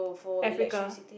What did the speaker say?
Africa